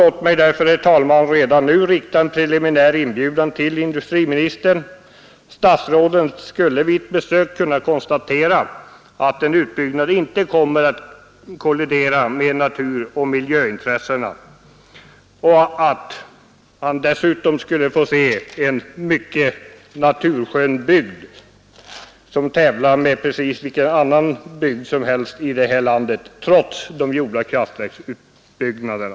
Låt mig därför, herr talman, redan nu rikta en preliminär inbjudan till industriministern. Statsrådet skulle vid ett besök kunna konstatera att en utbyggnad inte kommer att kollidera med naturoch miljövårdsintressena. Statsrådet skulle dessutom få se en mycket naturskön bygd som kan tävla med vilken annan bygd som helst i det här landet, trots de gjorda kraftverksutbyggnaderna.